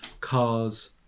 cars